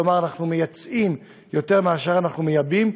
כלומר אנחנו מייצאים יותר מאשר אנחנו מייבאים,